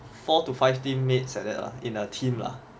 four to five team mates like that lah in a team lah